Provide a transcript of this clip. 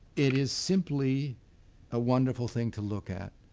it is simply a wonderful thing to look at,